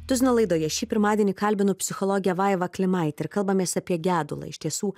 tuzino laidoje šį pirmadienį kalbinu psichologę vaivą klimaitę ir kalbamės apie gedulą iš tiesų